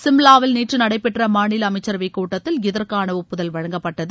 சிம்லாவில் நேற்று நடைபெற்ற அம்மாநில அமைச்சரவைக் கூட்டத்தில் இதற்கான ஒப்புதல் வழங்கப்பட்டது